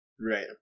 Right